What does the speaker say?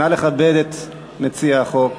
נא לכבד את מציע החוק.